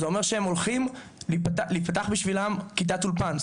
זאת אומרת שהולכים לפתוח בשבילם כיתת אולפן,